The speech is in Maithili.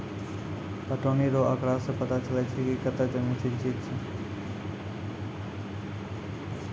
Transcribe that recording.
पटौनी रो आँकड़ा से पता चलै छै कि कतै जमीन सिंचित छै